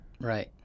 Right